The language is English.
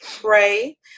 pray